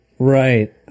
Right